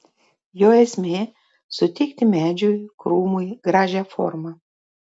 jo esmė suteikti medžiui krūmui gražią formą